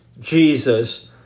Jesus